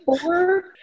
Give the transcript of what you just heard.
four